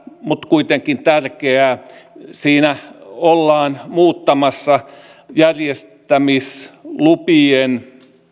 mutta kuitenkin tärkeää osaa siitä siinä ollaan muuttamassa järjestämislupien